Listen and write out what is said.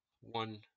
one